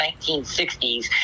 1960s